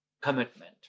commitment